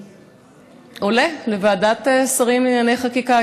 עולה לוועדת שרים לענייני חקיקה.